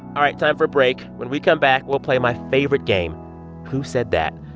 all right. time for a break. when we come back, we'll play my favorite game who said that?